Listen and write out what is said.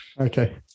Okay